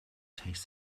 tastes